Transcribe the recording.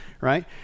right